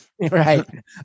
Right